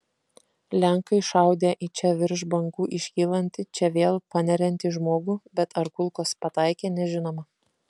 lenkai šaudę į čia virš bangų iškylantį čia vėl paneriantį žmogų bet ar kulkos pataikė nežinoma